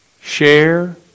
share